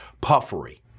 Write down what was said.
puffery